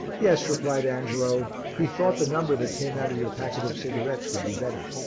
yes, replied angelo. he thought the number that came out of your packet of cigarettes would be better.